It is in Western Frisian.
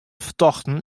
fertochten